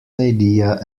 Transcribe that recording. idea